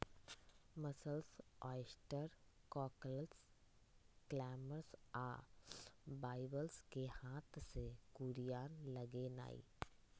mussels, oyster, cockles, clams आ bivalves कें हाथ से कूरिया लगेनाइ